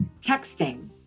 texting